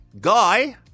guy